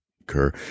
occur